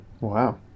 wow